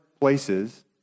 places